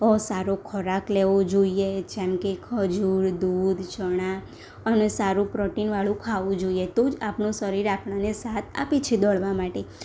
સારો ખોરાક લેવો જોઈએ જેમ કે ખજૂર દૂધ ચણા અને સારું પ્રોટીનવાળું ખાવું જોઈએ તો જ આપણું શરીર આપણને સાથ આપી છે દોડવા માટે